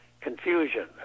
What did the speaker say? confusion